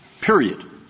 Period